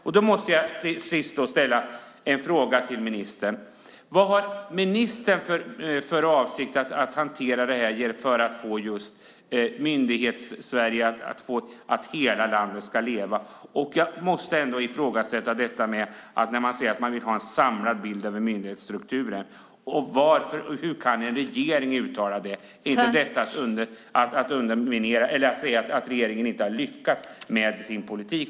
Sist måste jag fråga ministern: Hur har ministern för avsikt att hantera detta med Myndighetssverige och att hela landet ska leva? Jag måste ändå ifrågasätta att man säger sig vilja ha en samlad bild av myndighetsstrukturen. Hur kan en regering uttala detta? Är inte det att säga att regeringen inte har lyckats med sin politik?